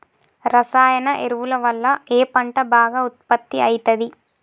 రసాయన ఎరువుల వల్ల ఏ పంట బాగా ఉత్పత్తి అయితది?